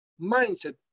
mindset